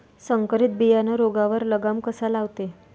संकरीत बियानं रोगावर लगाम कसा लावते?